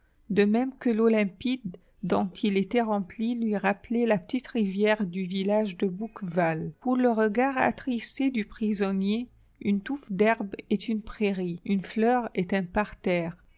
de même que l'eau limpide dont il était rempli lui rappelait la petite rivière du village de bouqueval pour le regard attristé du prisonnier une touffe d'herbe est une prairie une fleur est un parterre